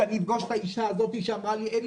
שאני אפגוש את האישה הזאת שאמרה לי אין